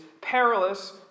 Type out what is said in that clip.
perilous